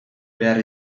behar